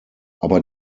aber